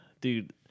Dude